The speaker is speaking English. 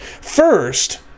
first